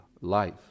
life